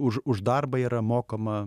už už darbą yra mokama